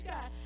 God